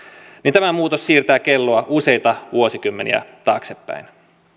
tämä muutos siirtää kelloa useita vuosikymmeniä taaksepäin